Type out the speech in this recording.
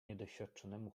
niedoświadczonemu